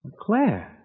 Claire